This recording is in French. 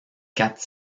quatre